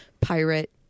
pirate